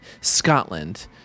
Scotland